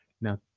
Now